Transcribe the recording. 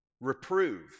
Reprove